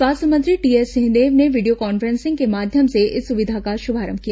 स्वास्थ्य मंत्री टीएस सिंहदेव ने वीडियो कॉन्फ्रेंसिंग के माध्यम से इस सुविधा का शुमारंभ किया